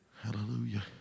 Hallelujah